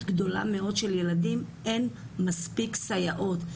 גדולה מאוד של ילדים אין מספיק סייעות,